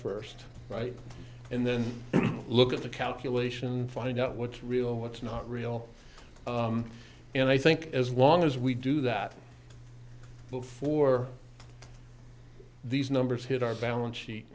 first right and then look at the calculation find out what's real what's not real and i think as long as we do that before these numbers hit our balance sheet